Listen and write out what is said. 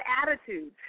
attitude